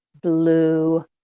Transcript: blue